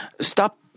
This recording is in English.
stop